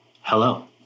hello